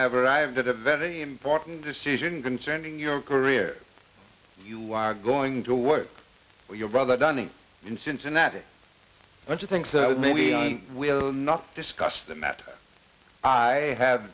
have arrived at a very important decision concerning your career you are going to work with your brother donny in cincinnati don't you think so maybe i will not discuss the matter i have